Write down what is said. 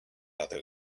other